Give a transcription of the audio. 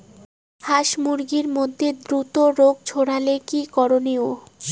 হাস মুরগির মধ্যে দ্রুত রোগ ছড়ালে কি করণীয়?